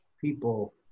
people